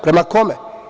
Prema kome?